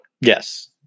Yes